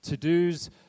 To-dos